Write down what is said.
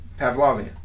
Pavlovian